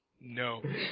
No